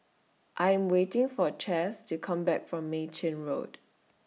I Am waiting For Cas to Come Back from Mei Chin Road